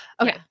Okay